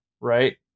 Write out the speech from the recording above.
Right